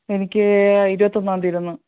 എനിക്ക് ഇരുപത്തൊന്നാം തീയതി ആയിരുന്നു